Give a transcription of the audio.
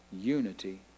unity